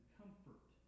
comfort